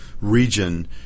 region